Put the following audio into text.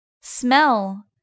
Smell